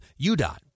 UDOT